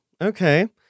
okay